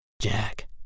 Jack